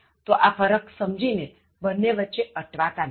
તો આ ફરક સમજી ને બન્ને વચ્ચે અટવાતા નહીં